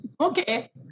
Okay